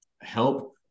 help